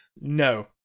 No